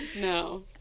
no